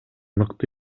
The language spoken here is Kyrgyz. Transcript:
мыкты